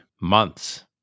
months